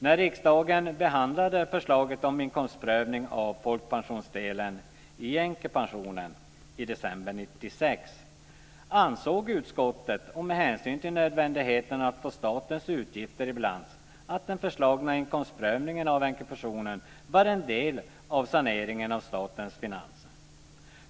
När riksdagen behandlade förslaget om inkomstprövning av folkpensionsdelen i änkepensionen i december 1996 ansåg utskottet med hänsyn till nödvändigheten av att få statens utgifter i balans att den föreslagna inkomstprövningen av änkepensionen var en del av saneringen av statens finanser.